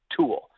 tool